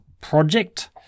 project